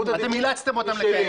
אתם אילצתם אותם לקיים את זה.